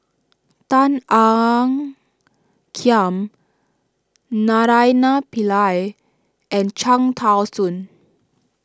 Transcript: Tan Ean Kiam Naraina Pillai and Cham Tao Soon